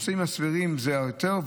אמצעים סבירים זה היותר,